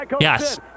Yes